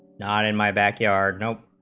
not in my backyard,